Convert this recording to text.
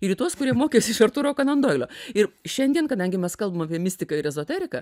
ir į tuos kurie mokėsi iš artūro kanan doilio ir šiandien kadangi mes kalbam apie mistiką ir ezoteriką